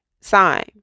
sign